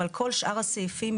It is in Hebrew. אבל כל שאר הסעיפים,